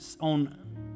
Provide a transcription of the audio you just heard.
on